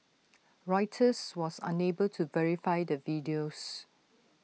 Reuters was unable to verify the videos